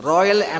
Royal